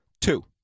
Two